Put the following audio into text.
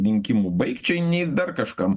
rinkimų baigčiai nei dar kažkam